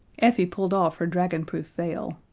effie pulled off her dragonproof veil.